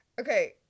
Okay